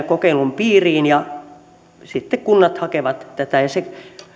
kokeilun piiriin kunnat hakevat tätä ja se